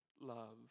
love